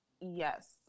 yes